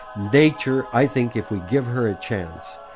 nature, i think if we give her a chance,